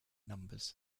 numbers